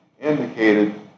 indicated